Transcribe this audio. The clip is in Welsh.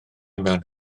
mewn